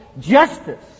justice